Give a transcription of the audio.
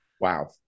wow